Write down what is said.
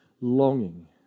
longing